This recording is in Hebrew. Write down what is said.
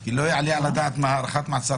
כי לא יעלה על הדעת הארכת מעצר